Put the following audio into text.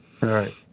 right